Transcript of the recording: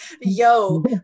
yo